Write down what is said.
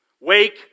Wake